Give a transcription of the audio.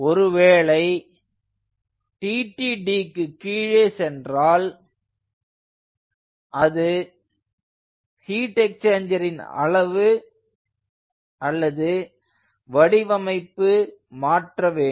ஒருவேளை TTDக்கு கீழே சென்றால் ஹீட் எச்சேஞ்சேரின் அளவு அல்லது வடிவமைப்பு மாற்ற வேண்டும்